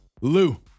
Lou